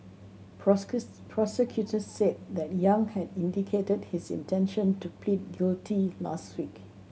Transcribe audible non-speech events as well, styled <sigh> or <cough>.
<unintelligible> prosecutors said that Yang had indicated his intention to plead guilty last week